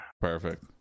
perfect